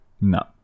No